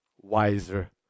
wiser